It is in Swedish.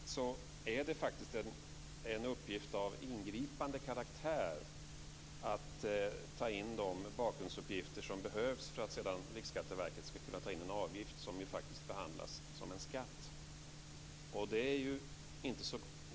Fru talman! Som framgår av utskottets text är det en uppgift av ingripande karaktär att ta in de bakgrundsuppgifter som behövs för att Riksskatteverket sedan ska kunna ta in en avgift som behandlas som en skatt.